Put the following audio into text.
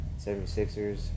76ers